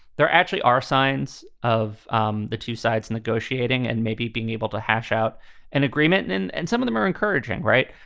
there actually are signs of um the two sides negotiating and maybe being able to hash out an agreement. and and and some of them are encouraging. right.